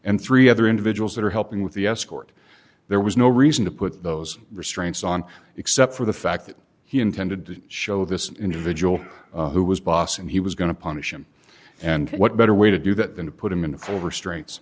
and three other individuals that are helping with the escort there was no reason to put those restraints on except for the fact that he intended to show this individual who was boss and he was going to punish him and what better way to do that than to put him in for over str